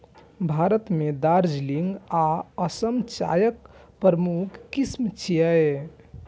भारत मे दार्जिलिंग आ असम चायक प्रमुख किस्म छियै